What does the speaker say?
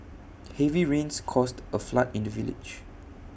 heavy rains caused A flood in the village